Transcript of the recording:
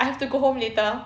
I have to go home later